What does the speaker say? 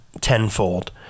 tenfold